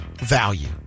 value